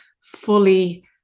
fully